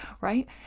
Right